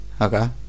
Okay